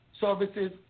services